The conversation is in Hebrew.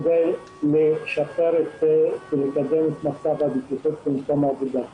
כדי לשפר ולקדם את מצב הבטיחות במקום העבודה.